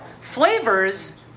flavors